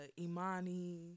Imani